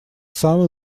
самый